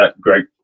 great